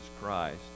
Christ